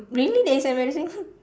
really that is embarrassing